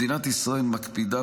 מדינת ישראל מקפידה,